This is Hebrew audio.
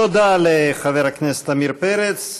תודה לחבר הכנסת עמיר פרץ.